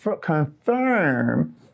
confirm